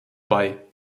bei